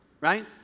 Right